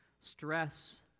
stress